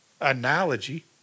analogy